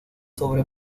sobre